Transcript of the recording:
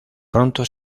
pronto